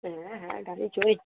হ্যাঁ হ্যাঁ গাড়ি চড়েছি